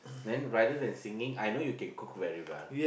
then rather than singing I know you can cook very well